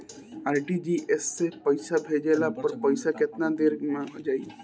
RTGS से पईसा भेजला पर पईसा केतना देर म जाई?